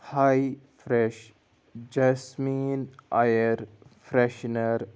high fresh jasmine air freshener